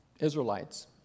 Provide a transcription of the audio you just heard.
Israelites